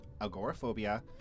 agoraphobia